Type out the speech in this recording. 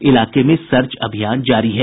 इलाके में सर्च अभियान जारी है